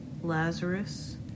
Lazarus